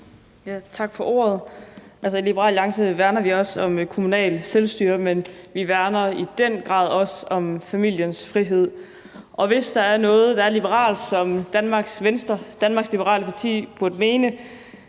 Tak for ordet. I Liberal Alliance værner vi også om det kommunale selvstyre, men vi værner i den grad også om familiens frihed. Og hvis der er noget, som Danmarks Liberale Parti burde mene